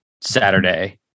Saturday